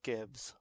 Gibbs